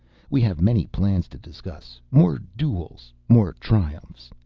we have many plans to discuss. more duels. more triumphs.